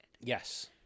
Yes